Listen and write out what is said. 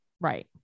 Right